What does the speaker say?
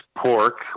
pork